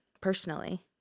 personally